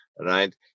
right